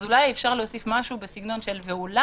אז אולי אפשר להוסיף משהו בסגנון: ואולם